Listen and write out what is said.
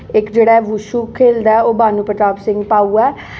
इक जेह्ड़ा वुशू खेलदा ऐ ओह् भानू प्रताप सिंह भाऊ ऐ